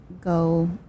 go